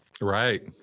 Right